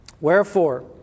wherefore